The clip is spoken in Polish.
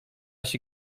się